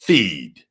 Feed